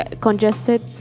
congested